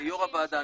יושבת ראש הוועדה,